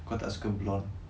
kau tak suka blonde